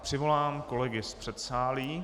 Přivolám kolegy z předsálí.